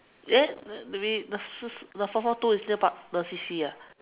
eh the we the 四 the four four two is near pa~ the C_C ah